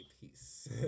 Peace